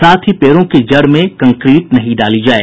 साथ ही पेड़ों की जड़ में कंक्रीट नहीं डाली जाये